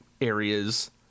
areas—